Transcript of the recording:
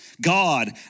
God